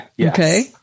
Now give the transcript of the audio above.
Okay